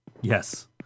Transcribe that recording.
Yes